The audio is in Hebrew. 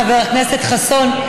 חבר הכנסת חסון,